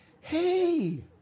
Hey